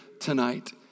tonight